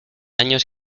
años